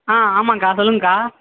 ஆ ஆமாம்க்கா சொல்லுங்கக்கா